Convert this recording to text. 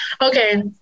okay